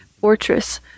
fortress